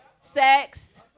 sex